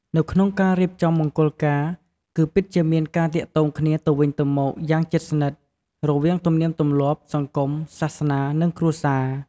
នៅក្នុងការរៀបចំមង្គលការ គឺពិតជាមានការទាក់ទងគ្នាទៅវិញទៅមកយ៉ាងជិតស្និទ្ធ រវាងទំនៀមទម្លាប់ សង្គម សាសនា និងគ្រួសារ។